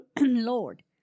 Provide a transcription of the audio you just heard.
Lord